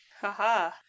Haha